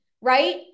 right